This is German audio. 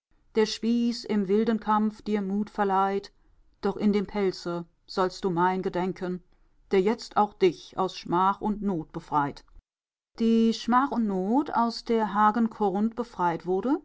der spieß im wilden kampf dir mut verleiht doch in dem pelze sollst du mein gedenken der jetzt auch dich aus schmach und not befreit die schmach und not aus der hagen korrundt befreit wurde